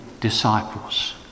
disciples